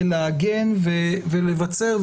להגן ולבצר.